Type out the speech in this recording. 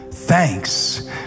Thanks